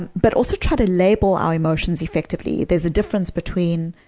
and but also try to label our emotions effectively there's a difference between